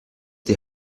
die